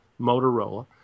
Motorola